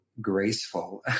graceful